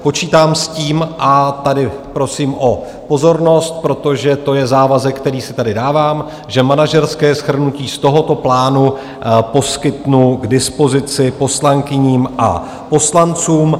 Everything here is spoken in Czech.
Počítám s tím a tady prosím o pozornost, protože to je závazek, který si tady dávám že manažerské shrnutí z tohoto plánu poskytnu k dispozici poslankyním a poslancům.